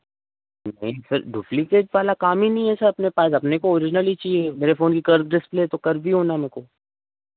नहीं sir duplicate वाला काम ही नहीं है सर अपने पास अपने को ऑरिजनल ही चाहिए मेरे फोन की कर्व डिस्प्ले है तो कर्व ही होना मेरे को